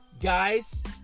Guys